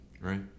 Right